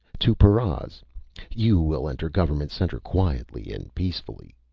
to paras you will enter government center quietly and peacefully.